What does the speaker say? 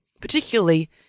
particularly